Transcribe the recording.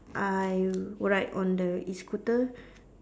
I ride on the E-scooter